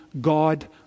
God